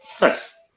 Nice